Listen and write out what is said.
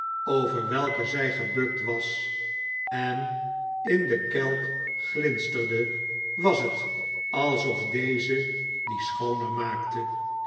over welke zij gebukt was en in den kelk glinsterde was het alsof deze die schooner maakte